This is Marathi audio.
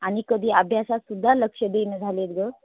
आणि कधी अभ्यासात सुद्धा लक्ष देईना झाले आहेत गं